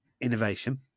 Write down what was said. innovation